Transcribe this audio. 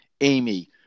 Amy